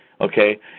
okay